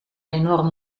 enorm